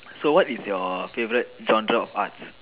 so what is your favourite genre of arts